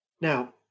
Now